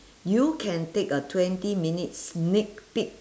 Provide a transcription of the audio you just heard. you can take a twenty minute sneak peek